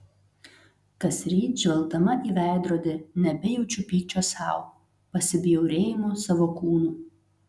kasryt žvelgdama į veidrodį nebejaučiu pykčio sau pasibjaurėjimo savo kūnu